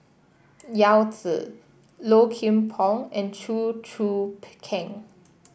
Yao Zi Low Kim Pong and Chew Choo Keng